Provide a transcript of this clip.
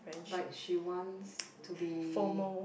but she wants to be